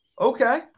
Okay